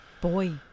boy